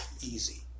easy